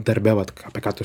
darbe vat ką apie ką tu